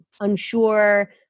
unsure